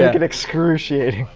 make it excruciating.